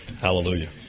Hallelujah